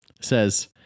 says